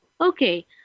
Okay